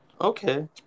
Okay